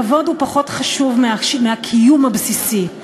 כבוד הוא פחות חשוב מהקיום הבסיסי,